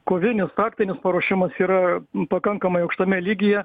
kovinis taktinis paruošimas yra pakankamai aukštame lygyje